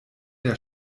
der